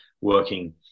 working